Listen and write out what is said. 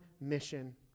mission